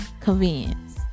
convenience